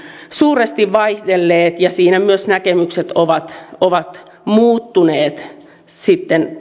suuresti vaihdelleet ja siinä myös näkemykset ovat ovat muuttuneet sitten